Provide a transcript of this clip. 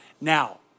Now